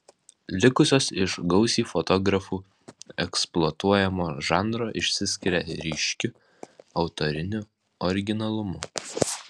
likusios iš gausiai fotografų eksploatuojamo žanro išsiskiria ryškiu autoriniu originalumu